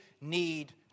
need